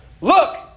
Look